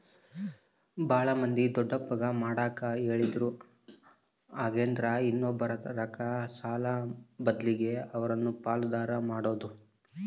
ಬಾಳ ಮಂದಿ ದೊಡ್ಡಪ್ಪಗ ಮಾಡಕ ಹೇಳಿದ್ರು ಹಾಗೆಂದ್ರ ಇನ್ನೊಬ್ಬರತಕ ಸಾಲದ ಬದ್ಲಗೆ ಅವರನ್ನ ಪಾಲುದಾರ ಮಾಡೊದು